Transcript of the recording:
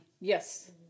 Yes